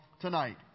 tonight